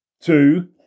two